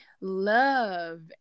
love